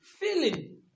Feeling